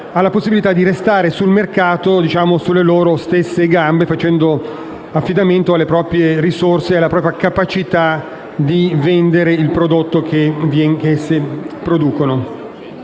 la possibilità di restare sul mercato con le loro stesse gambe, facendo affidamento sulle proprie risorse e sulla propria capacità di vendere il prodotto che esse forniscono.